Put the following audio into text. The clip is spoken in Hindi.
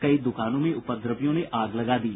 कई दुकानों में उपद्रवियों ने आग लगा दी